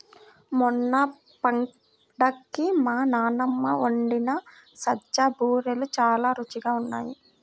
మొన్న పండక్కి మా నాన్నమ్మ వండిన సజ్జ బూరెలు చాలా రుచిగా ఉన్నాయి